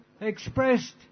expressed